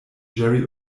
jerry